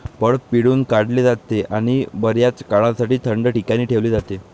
फळ पिळून काढले जाते आणि बर्याच काळासाठी थंड ठिकाणी ठेवले जाते